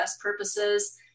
purposes